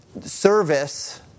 service